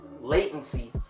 latency